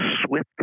Swift